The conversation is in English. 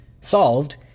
solved